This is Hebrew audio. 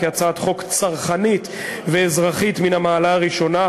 כי זו הצעת חוק צרכנית ואזרחית מן המעלה הראשונה.